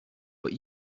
but